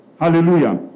Hallelujah